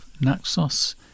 Naxos